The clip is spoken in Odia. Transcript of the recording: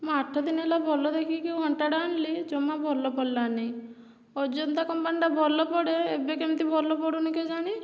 ମୁଁ ଆଠଦିନ ହେଲା ଭଲ ଦେଖିକି ଘଣ୍ଟାଟା ଆଣିଲି ଜମା ଭଲ ପଡ଼ିଲା ନାଇଁ ଅଜନ୍ତା କମ୍ପାନୀଟା ଭଲ ପଡ଼େ ଏବେ କେମିତି ଭଲ ପଡ଼ୁନି କେଜାଣି